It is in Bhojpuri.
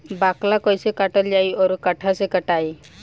बाकला कईसे काटल जाई औरो कट्ठा से कटाई?